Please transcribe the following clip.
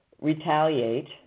retaliate